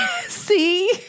See